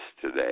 today